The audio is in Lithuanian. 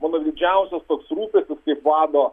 mano didžiausias rūpestis kaip vado